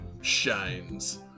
shines